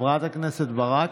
חברת הכנסת ברק,